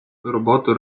роботу